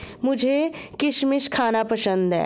मुझें किशमिश खाना पसंद है